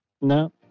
No